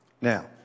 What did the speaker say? Now